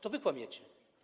To wy kłamiecie.